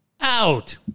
out